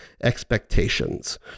expectations